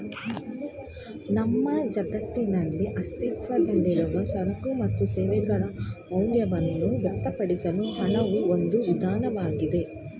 ನಮ್ಮ ಜಗತ್ತಿನಲ್ಲಿ ಅಸ್ತಿತ್ವದಲ್ಲಿರುವ ಸರಕು ಮತ್ತು ಸೇವೆಗಳ ಮೌಲ್ಯವನ್ನ ವ್ಯಕ್ತಪಡಿಸಲು ಹಣವು ಒಂದು ವಿಧಾನವಾಗಿದೆ